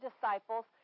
disciples